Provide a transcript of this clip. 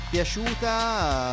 piaciuta